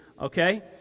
Okay